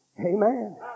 Amen